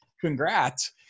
Congrats